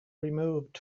removed